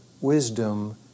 wisdom